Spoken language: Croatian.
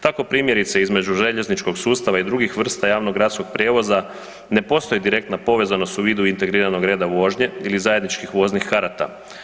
Tako primjerice između željezničkog sustava i drugih vrsta javnog gradskog prijevoza, ne postoji direktna povezanost u vidu integriranog reda vožnje ili zajedničkih voznih karata.